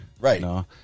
Right